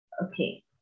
Okay